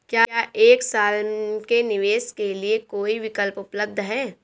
क्या एक साल के निवेश के लिए कोई विकल्प उपलब्ध है?